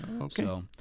Okay